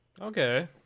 Okay